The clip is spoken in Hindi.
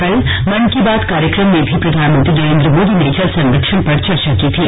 कल मन की बात कार्यक्रम में भी प्रधानमंत्री नरेंद्र मोदी ने जल संरक्षण पर चर्चा की थी